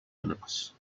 winners